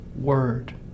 word